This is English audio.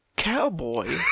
Cowboy